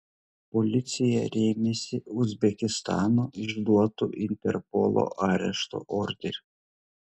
policija rėmėsi uzbekistano išduotu interpolo arešto orderiu